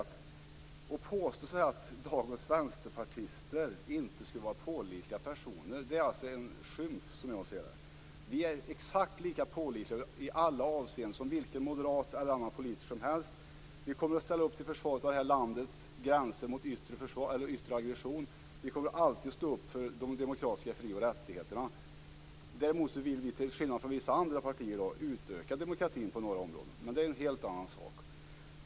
Att påstå att dagens vänsterpartister inte skulle vara pålitliga personer är en skymf, som jag ser det. Vi är exakt lika pålitliga i alla avseenden som vilken moderat eller annan politiker som helst. Vi kommer att ställa upp till försvar av landets gränser mot yttre aggression. Vi kommer alltid att stå upp för de demokratiska fri och rättigheterna. Däremot vill vi till skillnad från vissa andra partier utöka demokratin på några områden, men det är en helt annan sak.